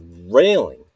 railing